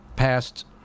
Passed